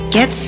Get